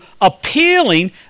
appealing